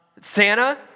Santa